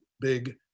big